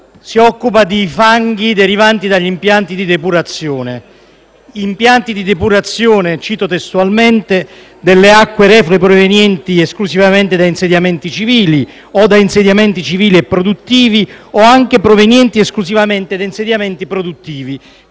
si occupa di fanghi derivanti dagli impianti di depurazione: impianti di depurazione - cito testualmente - delle acque reflue provenienti esclusivamente da insediamenti civili o da insediamenti civili e produttivi o anche provenienti esclusivamente da insediamenti produttivi;